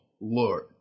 Lord